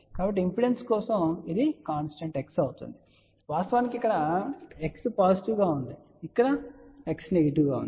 కాబట్టి ఇంపిడెన్స్ కోసం ఇది కాన్స్ టెంట్ X అవుతుంది వాస్తవానికి ఇక్కడ X పాజిటివ్ గా ఉంది ఇక్కడ X నెగెటివ్ గా ఉంటుంది